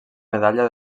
medalla